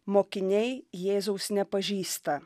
mokiniai jėzaus nepažįsta